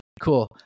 Cool